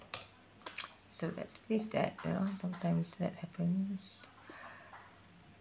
so that's pretty sad you know sometimes that happens